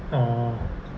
orh